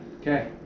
Okay